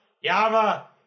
Yama